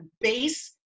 base